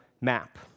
map